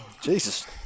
Jesus